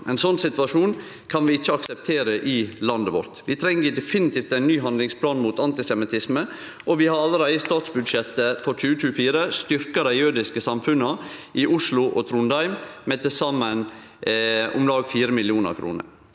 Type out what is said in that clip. Ein sånn situasjon kan vi ikkje akseptere i landet vårt. Vi treng definitivt ein ny handlingsplan mot antisemittisme, og vi har allereie i statsbudsjettet for 2024 styrkt dei jødiske samfunna i Oslo og Trondheim med til saman om lag 4 mill. kr.